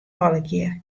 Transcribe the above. allegear